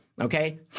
okay